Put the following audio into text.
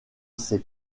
ces